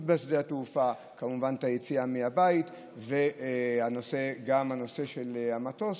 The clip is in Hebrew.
בשדה התעופה וכמובן את היציאה מהבית וגם את נושא המטוס,